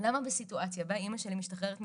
למה בסיטואציה בה אמא שלי משתחררת משלוותה,